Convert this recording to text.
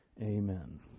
Amen